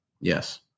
Yes